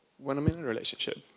when i'm in a relationship,